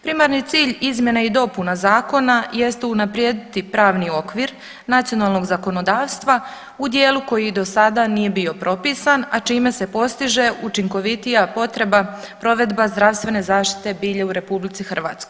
Primarni cilj izmjena i dopuna zakona jest unaprijediti pravni okvir nacionalnog zakonodavstva u dijelu koji do sada nije bio propisan, a čime se postiže učinkovitija potreba, provedba zdravstvene zaštite bilja u RH.